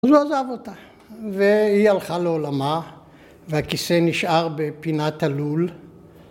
הוא לא עזב אותה והיא הלכה לעולמה והכיסא נשאר בפינת הלול